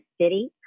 City